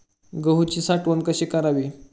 गहूची साठवण कशी करावी?